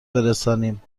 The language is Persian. برسانیم